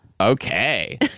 Okay